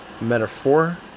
metaphor